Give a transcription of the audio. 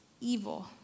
evil